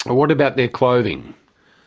what about their clothing?